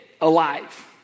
alive